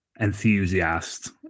enthusiast